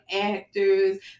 actors